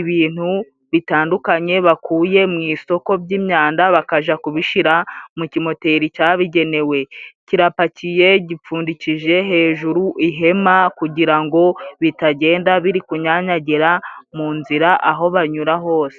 ibintu bitandukanye bakuye mu isoko by'imyanda bakaja kubishira mu kimoteri cyabigenewe. Kirapakiye gipfundikije hejuru ihema kugira ngo bitagenda biri kunyanyagira mu nzira aho banyura hose.